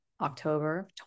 October